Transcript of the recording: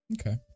Okay